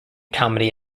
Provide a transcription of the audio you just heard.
comedy